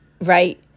Right